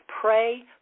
pray